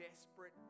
desperate